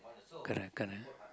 correct correct